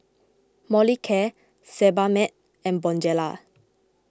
Molicare Sebamed and Bonjela